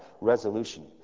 resolution